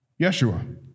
Yeshua